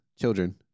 children